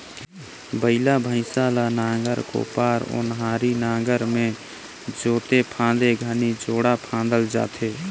बइला भइसा ल नांगर, कोपर, ओन्हारी नागर मे जोते फादे घनी जोड़ा फादल जाथे